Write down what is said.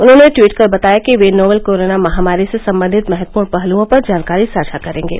उन्होंने ट्वीट कर बताया कि वे नोवल कोरोना महामारी से संबंधित महत्वपूर्ण पहलुओं पर जानकारी साझा करेंगे